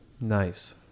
Nice